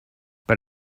but